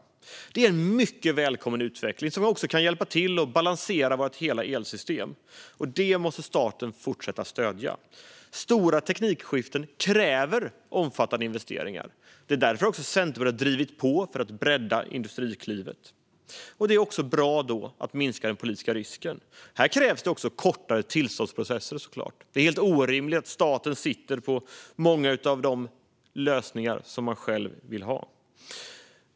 Detta är en mycket välkommen utveckling som också kan hjälpa till att balansera hela vårt elsystem, och det måste staten fortsätta att stödja. Stora teknikskiften kräver omfattande investeringar. Det är därför Centerpartiet har drivit på för att bredda Industriklivet. Det är också bra att minska den politiska risken. Här krävs såklart också kortare tillståndsprocesser. Det är helt orimligt att staten sitter på många av de lösningar som man själv vill ha.